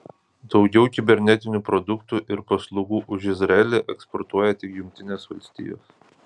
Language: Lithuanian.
daugiau kibernetinių produktų ir paslaugų už izraelį eksportuoja tik jungtinės valstijos